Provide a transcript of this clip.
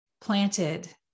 planted